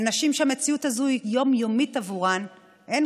לנשים שהמציאות הזאת היא יום-יומית עבורן אין